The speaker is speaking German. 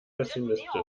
pessimistisch